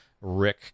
Rick